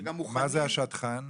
מה זה השדכן?